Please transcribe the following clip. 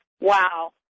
wow